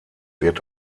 wird